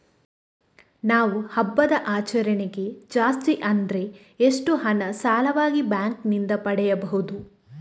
ನಾವು ಹಬ್ಬದ ಆಚರಣೆಗೆ ಜಾಸ್ತಿ ಅಂದ್ರೆ ಎಷ್ಟು ಹಣ ಸಾಲವಾಗಿ ಬ್ಯಾಂಕ್ ನಿಂದ ಪಡೆಯಬಹುದು?